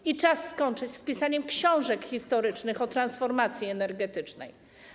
I czas skończyć z pisaniem książek historycznych o transformacji energetycznej.